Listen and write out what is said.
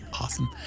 awesome